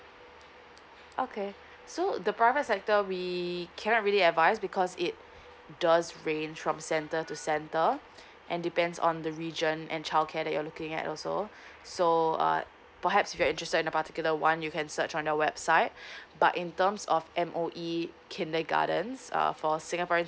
okay so the private sector we cannot really advise because it does range from center to center and depends on the region and childcare that you're looking at also so uh perhaps it's registered the particular one you can search on the website but in terms of M_O_E kindergartens err for singaporeans